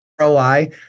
ROI